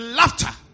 laughter